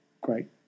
great